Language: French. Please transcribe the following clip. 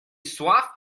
soif